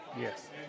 Yes